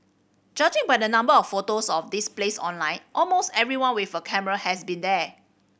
judging by the number of photos of this place online almost everyone with a camera has been here